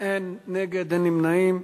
אין נגד, אין נמנעים.